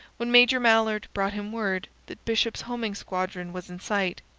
when major mallard brought him word that bishop's homing squadron was in sight.